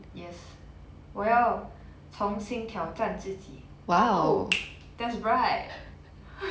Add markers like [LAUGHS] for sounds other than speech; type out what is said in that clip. yes 我要从新挑战自己 !wow! [NOISE] that's right [LAUGHS]